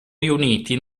riuniti